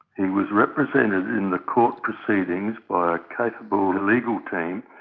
he was represented in the court proceedings by a capable legal team,